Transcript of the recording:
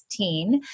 16